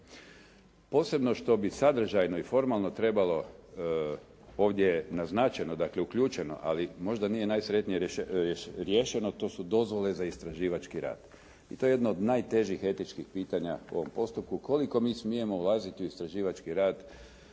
Posebno što bi sadržajno i formalno trebalo ovdje naznačeno dakle uključeno ali možda nije najsretnije riješeno to su dozvole za istraživački rad i to je jedno od najtežih etičkih pitanja u ovom postupku koliko mi smijemo ulaziti u istraživački rad